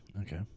Okay